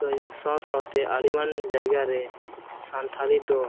ᱥᱚ ᱥᱚ ᱛᱮ ᱟᱹᱰᱤᱜᱟᱱ ᱡᱟᱭᱜᱟ ᱨᱮ ᱥᱟᱱᱛᱟᱞᱲ ᱫᱚ